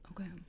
Okay